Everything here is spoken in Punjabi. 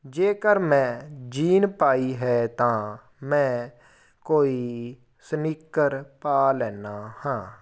ਜੇਕਰ ਮੈਂ ਜੀਨ ਪਾਈ ਹੈ ਤਾਂ ਮੈਂ ਕੋਈ ਸਨੀਕਰ ਪਾ ਲੈਨਾ ਹਾਂ